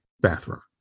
bathroom